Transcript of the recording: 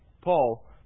Paul